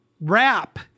wrap